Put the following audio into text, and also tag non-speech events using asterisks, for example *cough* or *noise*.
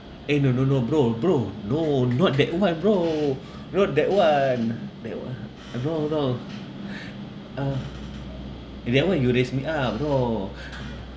eh no no no bro bro no not that one bro not that one that one ah uh no no *breath* uh that one you raise me up bro